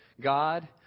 God